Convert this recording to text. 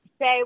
say